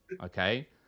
Okay